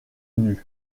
nues